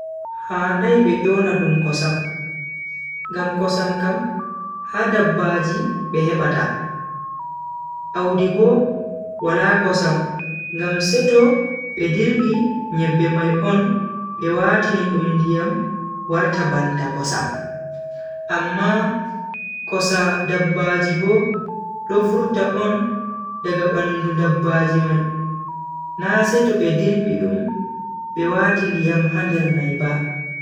Handai be yona dum kosam, ngam kosam kam ha dabbaji be hebata. Audi Bo wala kosam ngam seto be dirbi nyebbe mai on be watini dum ndiyam warta banta kosam. amma kosa dabbaji bo, do vurta on daga bandu dabbaji mai na seto be dirbi dum be wati ndiyam ha nder mai ba.